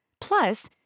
Plus